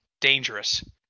dangerous